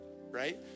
right